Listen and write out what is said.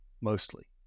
mostly